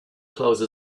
close